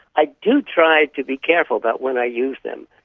i do try to be careful about when i use them.